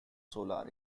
solar